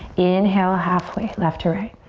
inhale, halfway, left to right.